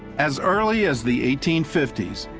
as early as the eighteen fifty s,